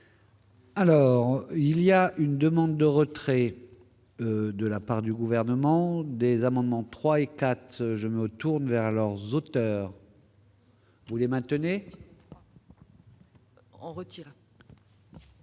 Alors il y a une demande de retrait de la part du gouvernement, des amendements 3 et 4 je me tourne vers leurs auteurs. Pour les maintenait.